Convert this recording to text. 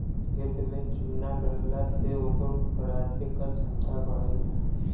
खेत में चुना डलला से ओकर उपराजे क क्षमता बढ़ेला